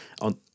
on